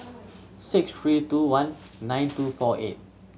six three two one nine two four eight